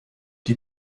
die